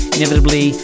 Inevitably